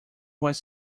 was